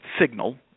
signal